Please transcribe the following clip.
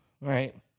right